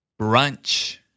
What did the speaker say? Brunch